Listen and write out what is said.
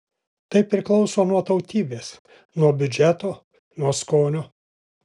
tai priklauso nuo tautybės nuo biudžeto nuo skonio